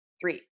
three